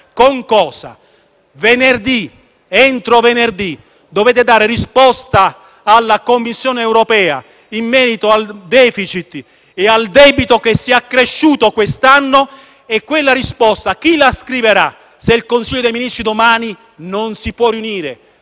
con cosa?). Entro venerdì dovrete dare una risposta alla Commissione europea in merito al *deficit* e al debito che quest'anno si è accresciuto. Quella risposta chi la scriverà se il Consiglio dei ministri domani non si può riunire